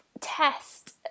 test